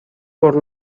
por